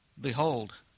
Behold